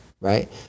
right